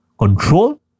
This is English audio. Control